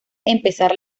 empezar